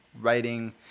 writing